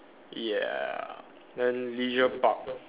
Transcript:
ya then leisure park